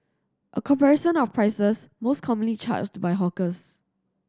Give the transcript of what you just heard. a comparison of prices most commonly charged by hawkers